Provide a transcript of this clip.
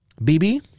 BB